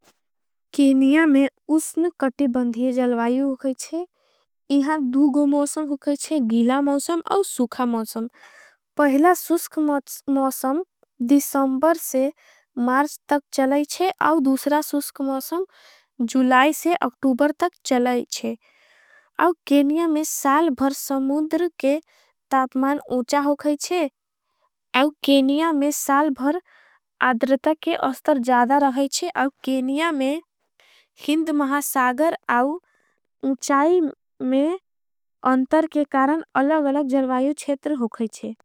केनिया में उसन कटी बंधिये जलवाईव होगाईच्छे। इहां धूगो मौसम होगाईच्छे गीला मौ और सुखा। मौसम पहला सुस्ख मौसम दिसंबर से मार्च तक। चलाईच्छे और दूसरा सुस्ख मौसम जुलाई से अक्टूबर। तक चलाईच्छे केनिया में साल भर समुद्र के तापमान। उचा होगाईच्छे केनिया में साल भर आद्रता के अस्तर। जादा रहाईच्छे केनिया में हिंद महा सागर और उचाई। में अंतर के कारण अलग अलग जलवाईव छेतर होगाईच्छे।